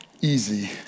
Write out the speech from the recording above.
easy